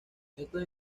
estos